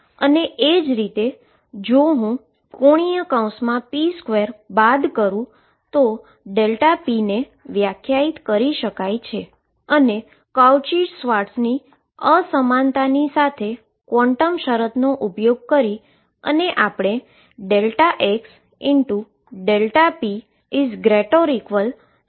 એ જ રીતે જો હું ⟨p2⟩ લઉ અને ⟨p⟩2 બાદ કરુ તો p ને વ્યાખ્યાયિત કરી શકીએ છીએ અને કાઉચી શ્વાર્ટઝ અનીક્વાલીટીની સાથે ક્વોન્ટમ કંડીશનનો ઉપયોગ કરીને આપણે xΔp≥2 મળ્યુ અને તે અનિશ્ચિતતાનો સિદ્ધાંત છે